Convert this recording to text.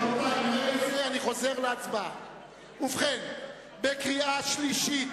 אני חוזר להצבעה בקריאה שלישית.